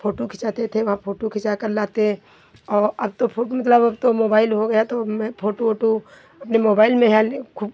photo खिंचाते थे वहाँ फोटू खिंचाकर लाते और अब तो फोटू मतलब अब तो मोबाइल हो गया तो अब मैं फोटू ओटू अपने मोबाइल में है खूब